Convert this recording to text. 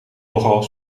nogal